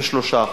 ב-3%.